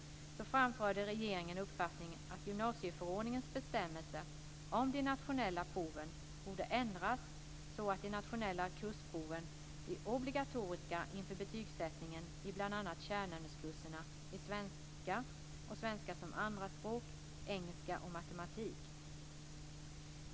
framförde regeringen uppfattningen att gymnasieförordningens bestämmelser om de nationella proven borde ändras, så att de nationella kursproven blir obligatoriska inför betygssättningen i bl.a. kärnämneskurserna i svenska och svenska som andraspråk, engelska och matematik.